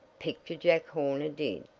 picture jack horner did.